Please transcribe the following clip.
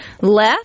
left